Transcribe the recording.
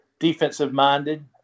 Defensive-minded